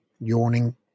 yawning